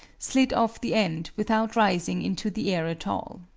slid off the end without rising into the air at all.